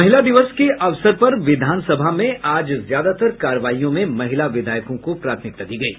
महिला दिवस के अवसर पर विधानसभा में आज ज्यादातर कार्यवाहियों में महिला विधायकों को प्राथमिकता दी गयी